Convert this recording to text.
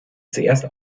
zuerst